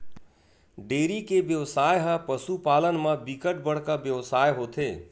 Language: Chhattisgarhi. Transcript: डेयरी के बेवसाय ह पसु पालन म बिकट बड़का बेवसाय होथे